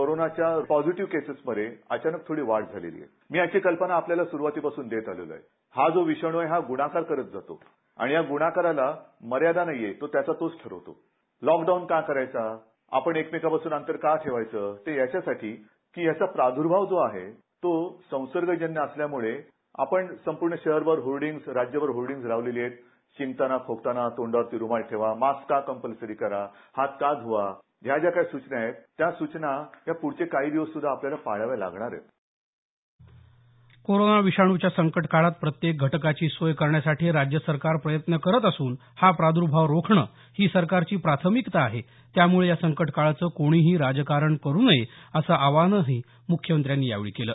कोरोनाच्या positive cases मध्ये अचानक वाढ झाली याची कल्पना आपल्याला सुरुवातीपासून देतात हा विषाण् काय आहे तो ग्णाकार करत जातो आणि या ग्णाकाराला मर्यादा नाहीये त्याचा तोच ठरवतो लॉकडाउन का करायचा आपण एकमेकांपासून अंतर का ठेवायचं ते याच्यासाठी याचा प्रादुर्भाव होतो आहे तो संसर्गजन्य असल्यामुळे आपण संपूर्ण शहरभर होल्डिंगराज्यभर होल्डिंग लावलेली आहेत शिंकतांना खोकताना तोंडावरती रुमाल ठेवा मास्क कंपलसरी हात का ध्वा त्या सूचना पुढचे काही दिवस आपल्याला पाळावे लागणार कोरोना विषाणूच्या संकटकाळात प्रत्येक घटकाची सोय करण्यासाठी राज्य सरकार प्रयत्न करत असून हा प्रादुर्भाव रोखणं ही सरकारची प्राथमिकता आहे त्यामुळे या संकटकाळाचं कोणीही राजकारण करू नये असं आवाहनही मुख्यमंत्र्यांनी यावेळी केलं